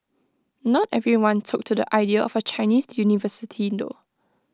not everyone took to the idea of A Chinese university though